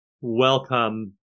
welcome